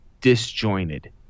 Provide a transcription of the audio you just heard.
disjointed